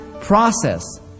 process